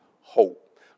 hope